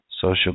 social